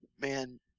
man